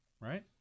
right